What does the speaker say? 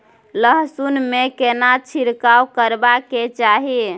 लहसुन में केना छिरकाव करबा के चाही?